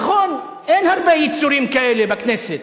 נכון, אין הרבה יצורים כאלה בכנסת.